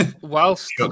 whilst